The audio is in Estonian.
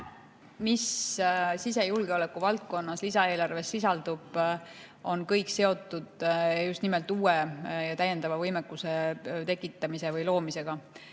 mis sisejulgeoleku valdkonnas lisaeelarves sisaldub, on kõik seotud just nimelt uue täiendava võimekuse tekitamise või loomisega.